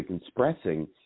expressing